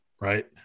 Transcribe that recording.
Right